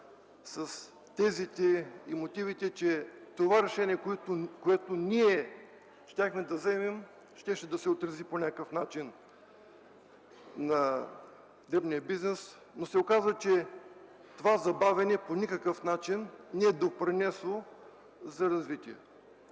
с тезите и мотивите, че решението, което ние щяхме да вземем, щеше да се отрази по някакъв начин на дребния бизнес. Оказа се, че това забавяне по никакъв начин не е допринесло за развитието.